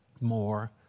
more